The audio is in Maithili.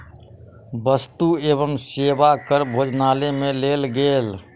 वस्तु एवं सेवा कर भोजनालय में लेल गेल